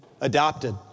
adopted